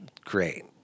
great